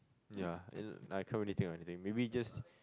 ya and like I can't really think of anything maybe just